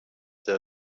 der